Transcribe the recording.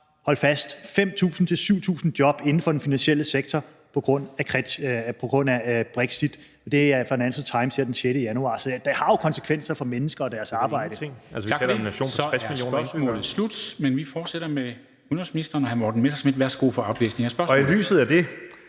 hold fast – 5.000-7.000 job inden for den finansielle sektor på grund af brexit. Det stod i Financial Times her den 6. januar. Så det har jo konsekvenser for mennesker og deres arbejde.